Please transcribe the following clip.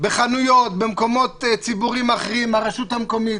בחנויות, במקומות ציבוריים אחרים, הרשות המקומית.